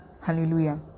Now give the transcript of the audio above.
Hallelujah